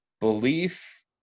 belief